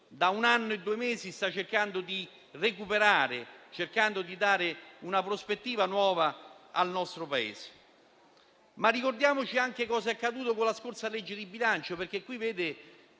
da un anno e due mesi sta cercando di recuperare, per dare una prospettiva nuova al nostro Paese. Ricordiamoci però anche cos'è accaduto con la scorsa legge di bilancio. Signor